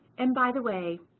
and, by the way,